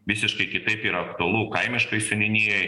visiškai kitaip yra aktualu kaimiškoj seniūnijoj